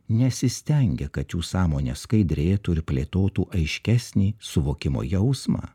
nesistengia kad jų sąmonė skaidrėtų ir plėtotų aiškesnį suvokimo jausmą